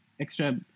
extra